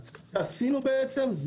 מה שעשינו בעצם,